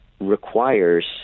requires